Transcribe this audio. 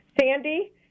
sandy